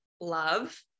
love